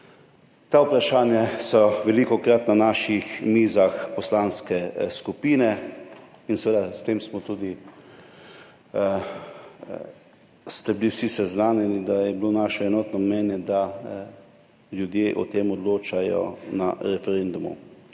Ta vprašanja so velikokrat na naših mizah poslanske skupine in seveda ste bili vsi seznanjeni s tem, da je bilo naše enotno mnenje, da ljudje o tem odločajo na referendumu.